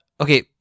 okay